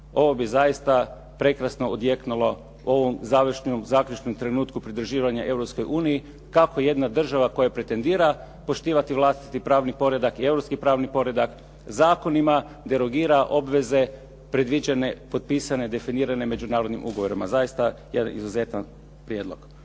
Ovo bi zaista prekrasno odjeknulo u ovom završnom, zaključnom trenutku pridruživanja Europskoj uniji kako jedna država koja pretendira poštivati vlastiti pravni poredak i europski pravni poredak zakonima derogira obveze predviđene, potpisane, definirane međunarodnim ugovorima. Zaista, jedan izuzetan prijedlog.